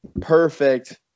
perfect